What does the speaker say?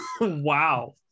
wow